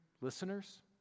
listeners